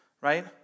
right